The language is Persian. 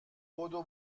بدو